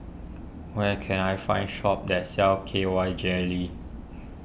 where can I find shop that sells K Y Jelly